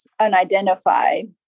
unidentified